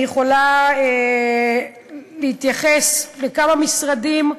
אני יכולה להתייחס לכמה משרדים: